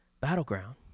battleground